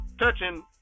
touching